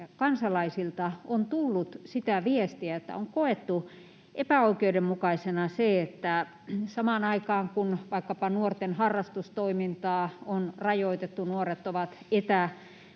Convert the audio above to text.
kansalaisilta on tullut sitä viestiä, että on koettu epäoikeudenmukaisena se, että samanaikaisesti, kun vaikkapa nuorten harrastustoimintaa on rajoitettu, nuoret ovat